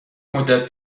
مدت